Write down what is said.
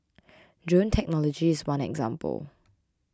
drone technology is one example